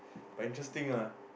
but interesting ah